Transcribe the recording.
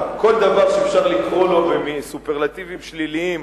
כל דבר שאפשר לקרוא לו במין סופרלטיבים שליליים,